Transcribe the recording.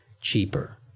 cheaper